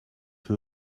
ydyn